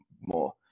more